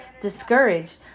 discouraged